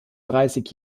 dreißig